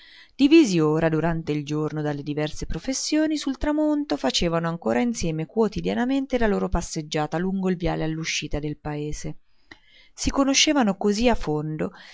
divisi ora durante il giorno dalle diverse professioni sul tramonto facevano ancora insieme quotidianamente la loro passeggiata lungo il viale all'uscita del paese si conoscevano così a fondo